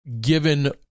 given